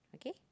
okay